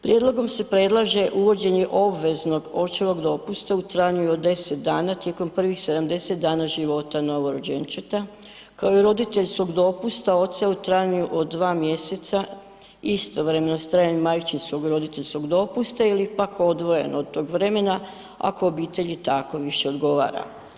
Prijedlogom se predlaže uvođenje obveznog očevo dopusta u trajanju od 10 dana tijekom prvih 70 dana života novorođenčeta kao i roditeljskog dopusta oca u trajanju od 2 mjeseca istovremeno s trajanjem majčinskog roditeljskog dopusta ili pak odvojeno od tog vremena ako obitelji tako više odgovara.